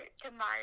tomorrow